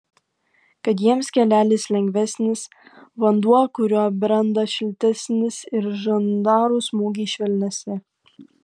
kad jiems kelelis lengvesnis vanduo kuriuo brenda šiltesnis ir žandarų smūgiai švelnesni